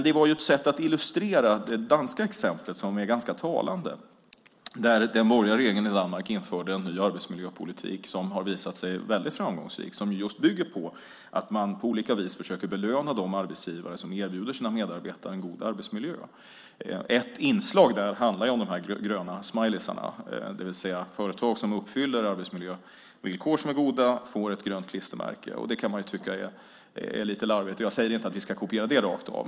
Det var ett sätt att illustrera det danska exemplet som är ganska talande. Den borgerliga regeringen i Danmark införde en ny arbetsmiljöpolitik som har visat sig vara väldigt framgångsrik. Den bygger på att man på olika vis försöker belöna de arbetsgivare som erbjuder sina medarbetare en god arbetsmiljö. Ett inslag handlar om de gröna smileymärkena. Företag som uppfyller arbetsmiljövillkor som är goda får ett grönt klistermärke. Det kan man tycka är lite larvigt. Jag säger inte att vi ska kopiera det rakt av.